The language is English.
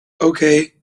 okay